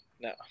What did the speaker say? No